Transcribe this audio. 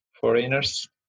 foreigners